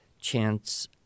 chance